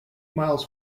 miles